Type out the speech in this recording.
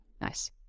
nice